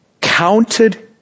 counted